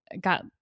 got